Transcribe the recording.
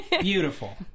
beautiful